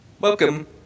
Welcome